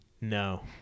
No